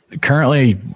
currently